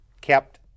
kept